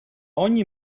ogni